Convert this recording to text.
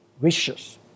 wishes